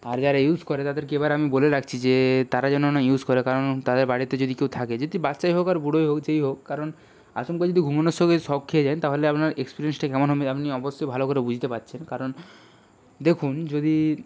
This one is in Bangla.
আর যারা ইউস করে তাদেরকে এবার আমি বলে রাখছি যে তারা যেন না ইউস করে কারণ তাদের বাড়িতে যদি কেউ থাকে যদি বাচ্চাই হোক আর বুড়োই হোক যেই হোক কারণ আচমকা যদি ঘুমোনোর সঙ্গে শক খেয়ে যান তাহলে আপনার এক্সপিরিয়েন্সটা কেমন হবে অবশ্যই ভালো করে বুঝতে পারছেন কারণ দেখুন যদি